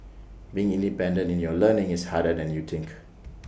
being independent in your learning is harder than you think